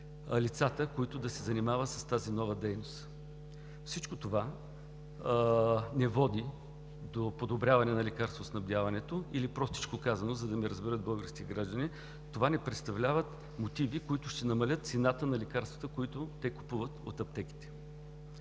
лицата, които да се занимават с тази нова дейност. Всичко това не води до подобряване на лекарствоснабдяването, или простичко казано, за да ме разберат българските граждани, това не представляват мотиви, които ще намалят цената на лекарствата, които те купуват от аптеките.